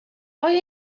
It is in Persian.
آیا